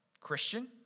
Christian